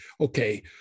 okay